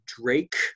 Drake